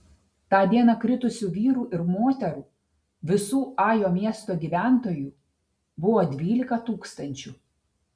tą dieną kritusių vyrų ir moterų visų ajo miesto gyventojų buvo dvylika tūkstančių